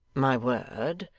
my word,